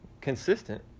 consistent